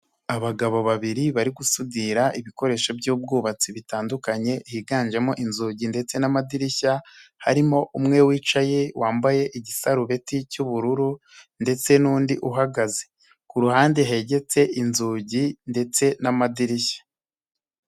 Abagabo babiri bari gusudira ibikoresho by'ubwubatsi bitandukanye, higanjemo inzugi ndetse n'amadirishya, harimo umwe wicaye wambaye igisarubeti cy'ubururu ndetse n'undi uhagaze. Ku ruhande hegetse inzugi ndetse n'amadirishya.